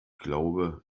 glaube